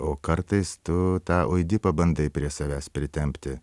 o kartais tu tą oidipą bandai prie savęs pritempti